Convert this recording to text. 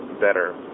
better